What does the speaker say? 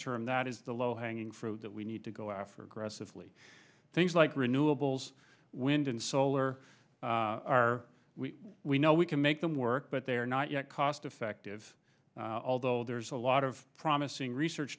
term that is the low hanging fruit that we need to go after aggressively things like renewables wind and solar are we we know we can make them work but they're not yet cost effective although there's a lot of promising research